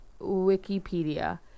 Wikipedia